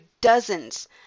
dozens